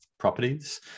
properties